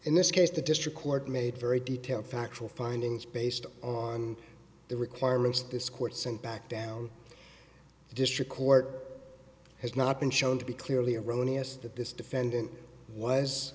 in this case the district court made very detailed factual findings based on the requirements that this court sent back down district court has not been shown to be clearly erroneous that this defendant was